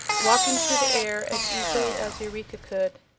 walking through the air as easily as eureka could.